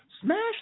smash